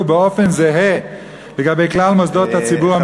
באופן זהה לגבי כלל מוסדות הציבור,